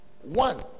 One